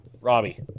Robbie